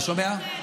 לא שומע.